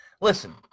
Listen